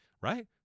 right